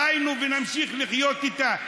חיינו ונמשיך לחיות איתה.